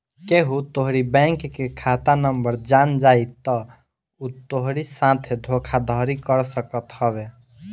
केहू तोहरी बैंक के खाता नंबर जान जाई तअ उ तोहरी साथे धोखाधड़ी कर सकत हवे